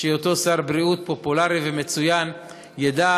שאותו שר בריאות פופולרי ומצוין ידע